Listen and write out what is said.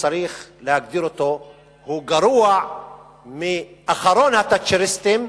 צריך להגדיר אותו כגרוע מאחרון התאצ'ריסטים,